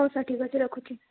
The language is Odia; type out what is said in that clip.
ହଉ ସାର୍ ଠିକ୍ ଅଛି ରଖୁଛି